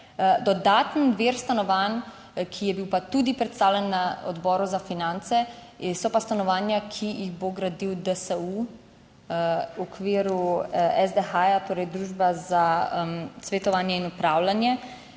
Dodaten vir stanovanj, ki je bil pa tudi predstavljen na Odboru za finance, so pa stanovanja, ki jih bo gradil DSU, v okviru SDH, torej Družba za svetovanje in upravljanje.